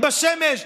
בשמש,